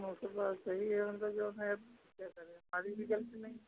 वह तो बात सही है अब तो जो है क्या करें आदमी की ग़लती नहीं है